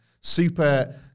super